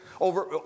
over